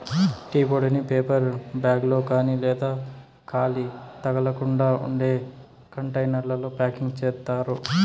tea పొడిని paper bag లో కాని లేదా గాలి తగలకుండా ఉండే కంటైనర్లలో ప్యాకింగ్ చేత్తారు